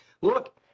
Look